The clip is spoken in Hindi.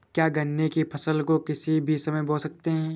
क्या गन्ने की फसल को किसी भी समय बो सकते हैं?